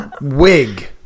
Wig